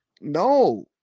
no